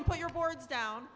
and put your boards down